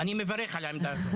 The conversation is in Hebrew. אני מברך על העמדה הזאת.